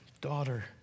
Daughter